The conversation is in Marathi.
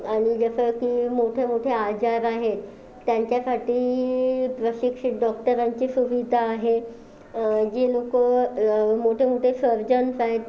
आणि जसं की मोठे मोठे आजार आहेत त्यांच्यासाठी प्रशिक्षित डॉक्टरांची सुविधा आहे जी लोकं मोठे मोठे सर्जन्स आहेत